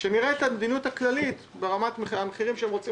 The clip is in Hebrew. שנראה את המדיניות הכללית ברמת המחירים שהם רוצים